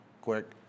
quick